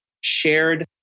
shared